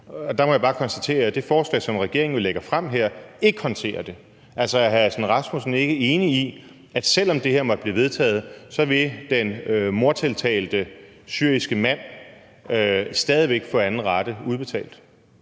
Der må jeg bare konstatere, at det forslag, som regeringen fremsætter her, ikke håndterer det. Er hr. Lars Aslan Rasmussen ikke enig i, at selv om det her måtte blive vedtaget, vil den mordtiltalte syriske mand stadig væk få anden rate udbetalt?